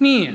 nije.